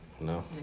no